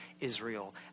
Israel